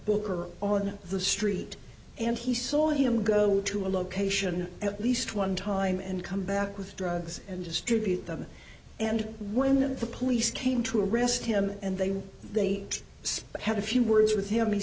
booker on the street and he saw him go to a location at least one time and come back with drugs and distribute them and when the police came to arrest him and they were they had a few words with him